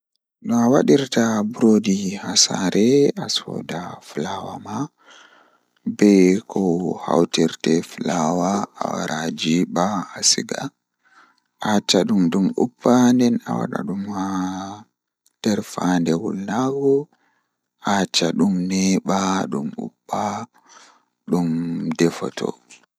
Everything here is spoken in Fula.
Demngal mi burdaa yiduki mi waawa kanjum woni arabre, mi yidi mi waawa arabre masin ngam bo kowadi tomi yahi lesde arab en do mi wolwa be arabre mi faama be be faama mi nden haa jangugo qur'anu bo tomi don janga mi anda ko mi jangata nden mi waawan fassurki.